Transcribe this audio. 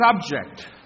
subject